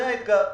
זה האתגר.